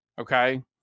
Okay